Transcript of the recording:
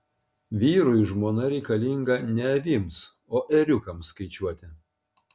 vyrui žmona reikalinga ne avims o ėriukams skaičiuoti